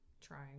trying